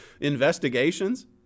investigations